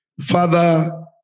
Father